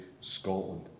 Scotland